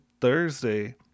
Thursday